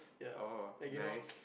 oh nice